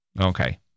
Okay